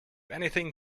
anything